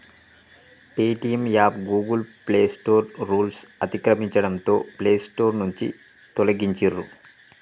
Paytm app Google Play Store రూల్స్ను అతిక్రమించడంతో Play Store నుంచి తొలగించిర్రు